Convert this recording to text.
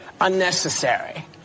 unnecessary